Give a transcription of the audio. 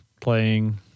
playing